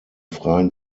freien